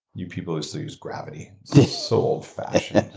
you people used to use gravity. it's so old-fashioned.